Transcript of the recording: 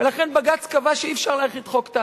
לכן בג"ץ קבע שאי-אפשר להחיל את חוק טל,